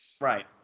Right